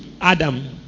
Adam